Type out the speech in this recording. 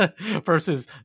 versus